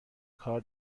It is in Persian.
کار